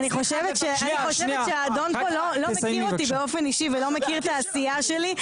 אני חושבת שהאדון פה לא מכיר אותי באופן אישי ולא מכיר את העשייה שלי.